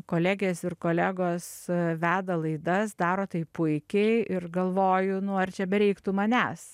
kolegės ir kolegos veda laidas daro tai puikiai ir galvoju nu ar čia bereiktų manęs